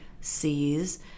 sees